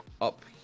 up